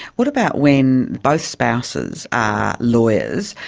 what about when both spouses are lawyers?